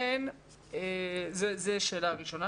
זו שאלה ראשונה.